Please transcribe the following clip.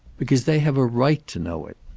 because they have a right to know it.